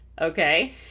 okay